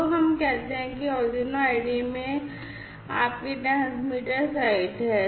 तो हम कहते हैं कि यह Arduino IDE में आपकी ट्रांसमीटर साइट है